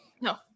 no